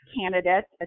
candidates